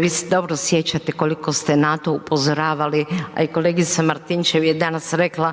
vi se dobro sjećate koliko ste na to upozoravali, a i kolegica Martinčev je danas rekla